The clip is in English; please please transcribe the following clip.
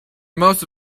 most